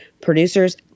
producers